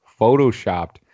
photoshopped